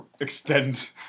extend